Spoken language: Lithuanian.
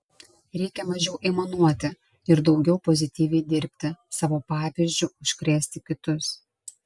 reikia mažiau aimanuoti ir daugiau pozityviai dirbti savo pavyzdžiu užkrėsti kitus